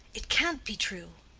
it can't be true,